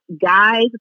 guys